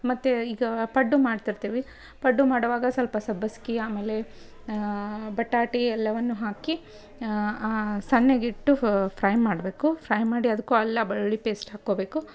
ಮತ್ತೆ ಈಗ ಪಡ್ಡು ಮಾಡ್ತಿರ್ತೀವಿ ಪಡ್ಡು ಮಾಡೋವಾಗ ಸ್ವಲ್ಪ ಸಬ್ಬಸ್ಗೆ ಆಮೇಲೆ ಬಟಾಟಿ ಎಲ್ಲವನ್ನೂ ಹಾಕಿ ಸಣ್ಣಗಿಟ್ಟು ಫ್ರೈ ಮಾಡಬೇಕು ಫ್ರೈ ಮಾಡಿ ಅದಕ್ಕೂ ಅಲ್ಲ ಬೆಳುಳ್ಳಿ ಪೇಸ್ಟ್ ಹಾಕ್ಕೋಬೇಕು